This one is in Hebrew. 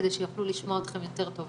כדי שיוכלו לשמוע אתכם יותר טוב.